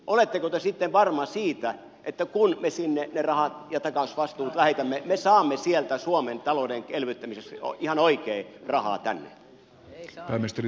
oletteko te sitten varma siitä että kun me sinne ne rahat ja takausvastuut lähetämme me saamme sieltä suomen talouden elvyttämiseksi ihan oikein rahaa tänne